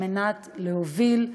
על מנת להוביל,